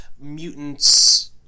mutants